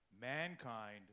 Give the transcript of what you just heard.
Mankind